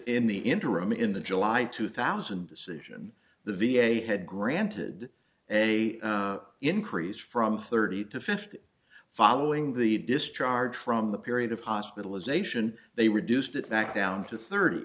in the interim in the july two thousand decision the v a had granted they increased from thirty to fifty following the discharge from the period of hospitalization they reduced it back down to thir